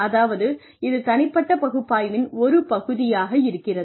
அதாவது இது தனிப்பட்ட பகுப்பாய்வின் ஒரு பகுதியாக இருக்கிறது